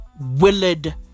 Willard